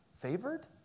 Favored